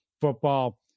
football